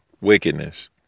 wickedness